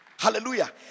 Hallelujah